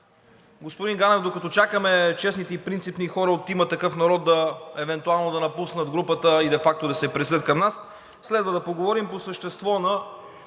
Господин Ганев, докато чакаме честните и принципни хора от „Има такъв народ“ евентуално да напуснат групата и де факто да се присъединят към нас, следва да поговорим по същество на